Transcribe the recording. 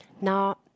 Now